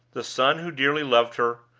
the son who dearly loved her,